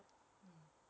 mm